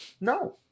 No